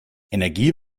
energie